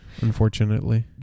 unfortunately